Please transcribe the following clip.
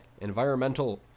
environmental